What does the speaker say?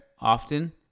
often